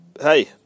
Hey